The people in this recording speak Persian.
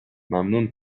ممنون